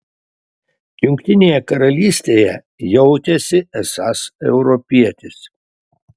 jungtinėje karalystėje jautėsi esąs europietis